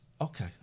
Okay